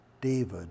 David